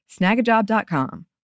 snagajob.com